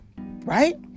right